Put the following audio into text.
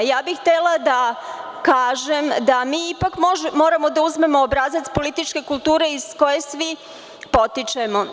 Htela bih da kažem da mi ipak moramo da uzmemo obrazac političke kulture iz koje svi potičemo.